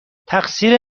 تقصیر